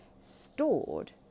stored